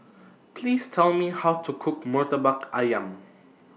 Please Tell Me How to Cook Murtabak Ayam